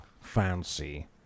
Fancy